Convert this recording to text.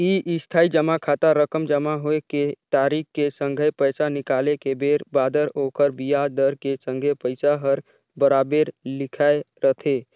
इस्थाई जमा खाता रकम जमा होए के तारिख के संघे पैसा निकाले के बेर बादर ओखर बियाज दर के संघे पइसा हर बराबेर लिखाए रथें